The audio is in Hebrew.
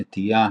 נטייה,